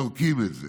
זורקים את זה,